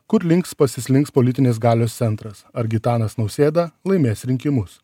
kur links pasislinks politinės galios centras ar gitanas nausėda laimės rinkimus